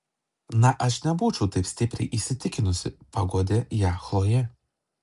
na aš nebūčiau taip stipriai įsitikinusi paguodė ją chlojė